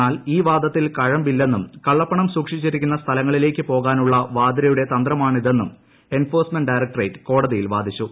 എന്നാൽ ഈ വാദത്തിൽ കഴമ്പില്ലെന്നും കള്ളപ്പണം സൂക്ഷിച്ചിരിക്കുന്ന സ്ഥലങ്ങളിലേയ്ക്ക് പോകാനുള്ള വാദ്രയുടെ തന്ത്രമാണിതെന്നും എൻഫോഴ്സ്മെന്റ് ഡയറക്ട്രേറ്റ് കോടതിയിൽ വാദിച്ചു